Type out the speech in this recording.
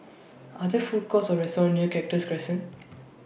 Are There Food Courts Or restaurants near Cactus Crescent